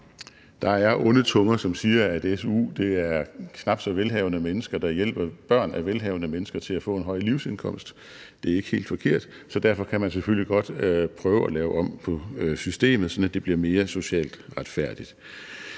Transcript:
Der er onde tunger, som siger, at su er knap så velhavende mennesker, der hjælper børn af velhavende mennesker til at få en højere livsindkomst. Det er ikke helt forkert. Så derfor kan man selvfølgelig godt prøve at lave om på systemet, sådan at det bliver mere socialt retfærdigt.